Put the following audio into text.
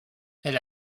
elle